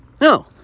No